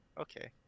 okay